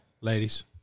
Ladies